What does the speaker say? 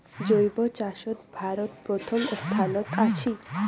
জৈব চাষত ভারত প্রথম স্থানত আছি